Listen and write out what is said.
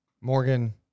Morgan